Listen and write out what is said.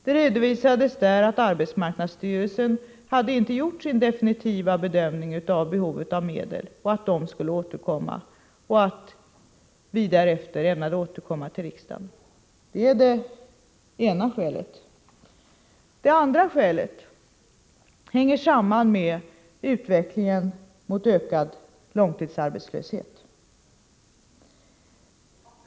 Där sades att arbetsmarknadsstyrelsen inte hade gjort sin definitiva bedömning av behovet av medel och skulle återkomma och att vi därefter ämnade återkomma till riksdagen. Det är det ena skälet. Det andra skälet hänger samman med utvecklingen mot ökad långtidsarbetslöshet.